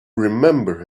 remember